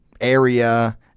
area